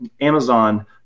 Amazon